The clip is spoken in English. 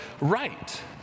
right